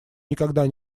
никогда